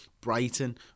Brighton